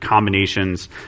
Combinations